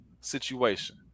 situation